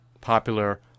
popular